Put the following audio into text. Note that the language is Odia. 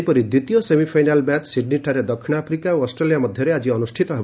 ସେହିପରି ଦ୍ୱିତୀୟ ସେମିଫାଇନାଲ୍ ମ୍ୟାଚ୍ ସିଡନୀ ଠାରେ ଦକ୍ଷିଣ ଆଫ୍ରିକା ଓ ଅଷ୍ଟ୍ରେଲିଆ ମଧ୍ୟରେ ଆଜି ଅନୁଷ୍ଠିତ ହେବ